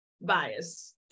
bias